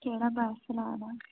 केहडा bus चला दा ऐ